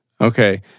Okay